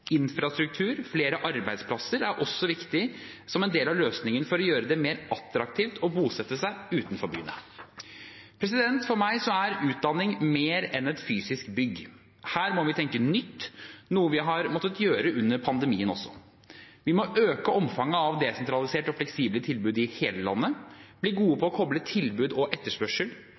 Infrastruktur og flere arbeidsplasser er også viktig som en del av løsningen for å gjøre det mer attraktivt å bosette seg utenfor byene. For meg er utdanning mer enn et fysisk bygg. Her må vi tenke nytt, noe vi også har måttet gjøre under pandemien. Vi må øke omfanget av desentraliserte og fleksible tilbud i hele landet, bli gode på å koble tilbud og etterspørsel,